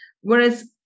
Whereas